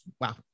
Wow